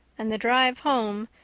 and the drive home,